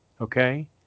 Okay